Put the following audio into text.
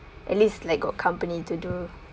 at least like got company to do